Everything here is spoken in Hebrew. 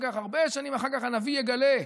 שהרבה שנים אחר כך הנביא יגלה,